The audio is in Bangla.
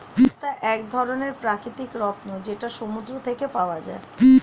মুক্তা এক ধরনের প্রাকৃতিক রত্ন যেটা সমুদ্র থেকে পাওয়া যায়